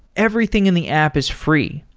everything in the app is free.